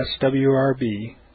SWRB